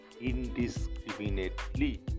indiscriminately